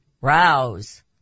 rouse